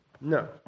No